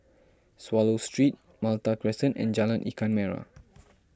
Swallow Street Malta Crescent and Jalan Ikan Merah